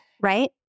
right